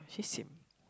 so sian